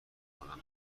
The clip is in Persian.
کنم